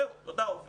זהו, תודה עופר.